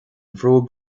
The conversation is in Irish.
bhróg